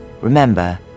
Remember